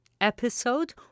episode